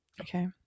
okay